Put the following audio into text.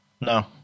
No